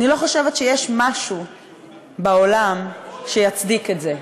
אני לא חושבת שיש משהו בעולם שיצדיק את זה.